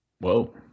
Whoa